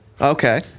Okay